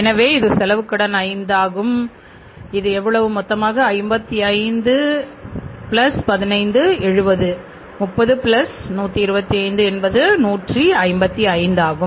எனவே இது செலவுக் கடன் 5 ஆகும் இது எவ்வளவு மொத்தமாக 55 15 7030125 என்பது 155 ஆகும்